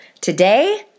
today